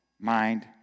mind